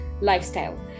lifestyle